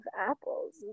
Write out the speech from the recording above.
apples